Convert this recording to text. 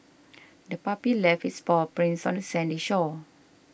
the puppy left its paw prints on the sandy shore